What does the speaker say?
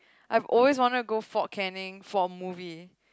I always wanted to go Fort Canning for a movie